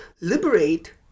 liberate